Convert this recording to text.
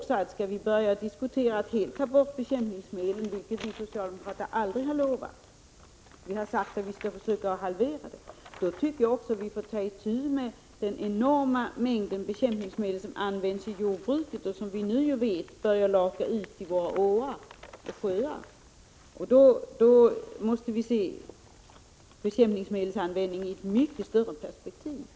Skall vi börja diskutera att helt ta bort bekämpningsmedlen — vilket vi socialdemokrater aldrig har lovat; vi har sagt att vi skall försöka halvera användningen — tycker jag vi får lov att också ta itu med den enorma mängd bekämpningsmedel som används i jordbruket och som vi vet nu börjar lakas ut i våra åar och sjöar. Då måste vi se bekämpningsmedelsanvändningen i ett mycket större perspektiv.